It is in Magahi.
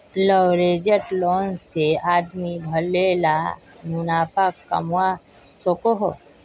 लवरेज्ड लोन से आदमी भले ला मुनाफ़ा कमवा सकोहो